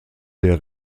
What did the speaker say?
der